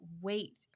wait